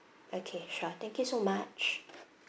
okay sure thank you so much